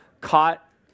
caught